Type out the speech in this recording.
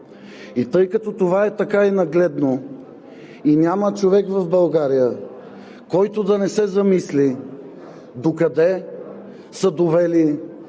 И тъй като това е така и нагледно, и няма човек в България, който да не се замисли докъде са довели